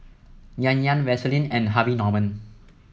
Yan Yan Vaseline and Harvey Norman